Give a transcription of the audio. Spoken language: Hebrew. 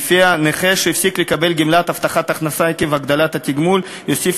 שלפיה נכה שהפסיק לקבל גמלת הבטחת הכנסה עקב הגדלת התגמול יוסיף